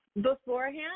beforehand